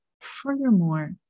furthermore